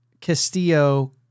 Castillo